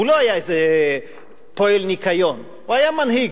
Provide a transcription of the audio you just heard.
הוא לא היה איזה פועל ניקיון, הוא היה מנהיג.